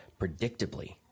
predictably